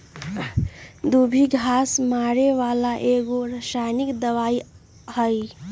दुभी घास मारे बला एगो रसायनिक दवाइ हइ